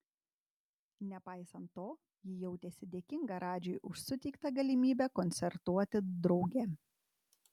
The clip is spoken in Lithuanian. nepaisant to ji jautėsi dėkinga radžiui už suteikta galimybę koncertuoti drauge